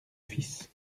fils